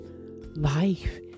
life